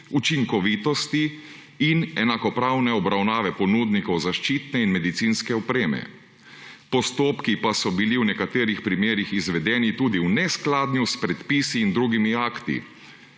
učinkovitosti in enakopravne obravnave ponudnikov zaščitne in medicinske opreme, postopki pa so bili v nekaterih primerih izvedeni tudi v neskladju s predpisi in drugimi akti.«